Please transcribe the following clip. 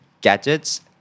gadgets